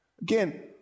Again